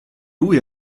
lui